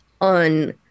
on